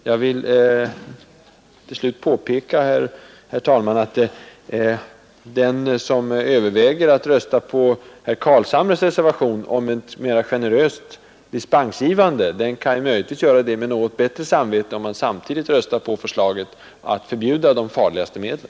Jag vill till slut påpeka, herr talman, att den som överväger att rösta på herr Carlshamres reservation om ett mera generöst dispensgivande möjligtvis kan göra det med något lugnare samvete om han samtidigt röstar på förslaget att förbjuda de farligaste medlen.